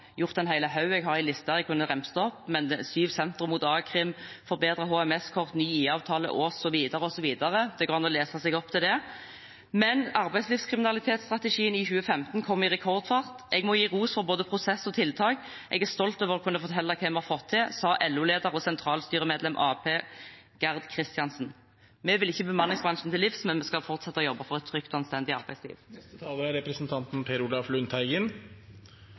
en liste som jeg kunne ramse opp: syv sentre mot akrim, forbedret HMS-kort, ny IA-avtale, osv. Det går an å lese seg opp på det. Men arbeidslivskriminalitetsstrategien i 2015 kom i rekordfart. Jeg må gi ros for både prosess og tiltak. «Jeg er stolt over å kunne fortelle hva vi har fått til», sa LO-leder og sentralstyremedlem i Arbeiderpartiet Gerd Kristiansen. Vi vil ikke bemanningsbransjen til livs, men vi skal fortsette å jobbe for et trygt og anstendig arbeidsliv. Representanten Per Olaf Lundteigen